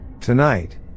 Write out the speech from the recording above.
Tonight